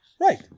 Right